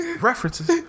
References